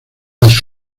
las